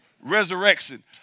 resurrection